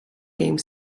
game